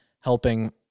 helping